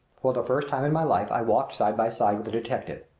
for the first time in my life i walked side by side with a detective.